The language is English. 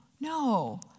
no